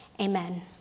amen